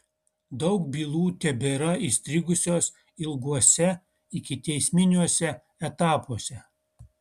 daug bylų tebėra įstrigusios ilguose ikiteisminiuose etapuose